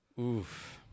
Oof